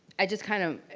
i just kind of.